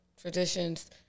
traditions